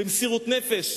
במסירות נפש,